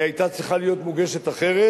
והיתה צריכה להיות מוגשת אחרת.